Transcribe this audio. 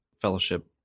fellowship